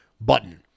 button